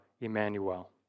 Emmanuel